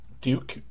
Duke